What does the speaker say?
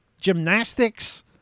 gymnastics